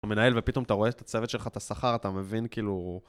אתה מנהל ופתאום אתה רואה את הצוות שלך, את השכר, אתה מבין כאילו...